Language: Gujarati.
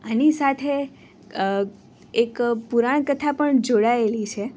આની સાથે એક પુરાણકથા પણ જોડાએલી છે